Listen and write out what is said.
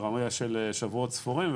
ברמה של שבועות ספורים,